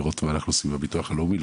לראות מה אנחנו עושים עם הביטוח הלאומי.